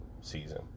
season